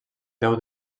déu